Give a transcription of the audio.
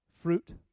fruit